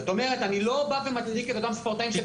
אני לא מצדיק את אותם ספורטאים.